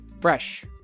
fresh